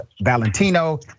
Valentino